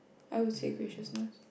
I would say graciousness